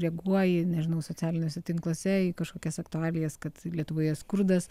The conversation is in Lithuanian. reaguoji nežinau socialiniuose tinkluose kažkokias aktualijas kad lietuvoje skurdas